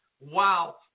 Wow